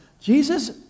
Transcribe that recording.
Jesus